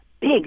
big